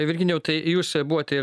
virginijau tai jūs buvote ir